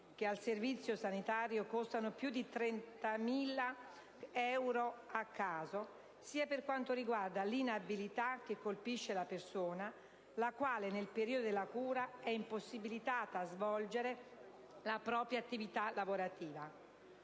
(che al Servizio sanitario costano più di 30.000 euro a caso) sia per quanto riguarda l'inabilità che colpisce la persona, la quale, nel periodo della cura, è impossibilitata a svolgere la propria attività lavorativa.